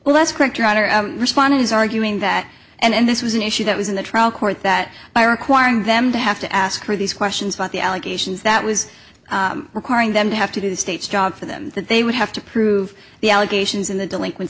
less correct trying to respond is arguing that and this was an issue that was in the trial court that by requiring them to have to ask for these questions about the allegations that was requiring them to have to do the state's job for them that they would have to prove the allegations in the delinquen